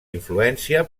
influència